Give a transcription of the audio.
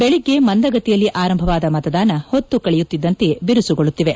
ಬೆಳಿಗ್ಗೆ ಮಂದಗತಿಯಲ್ಲಿ ಆರಂಭವಾದ ಮತದಾನ ಹೊತ್ತು ಕಳೆಯುತ್ತಿದ್ದಂತೆಯೇ ಬಿರುಸುಗೊಳ್ಳುತ್ತಿದೆ